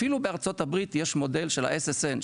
אפילו בארצות הברית יש מודל של ה-SSN,